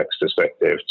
perspective